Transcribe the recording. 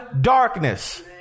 darkness